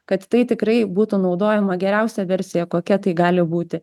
kad tai tikrai būtų naudojama geriausia versija kokia tai gali būti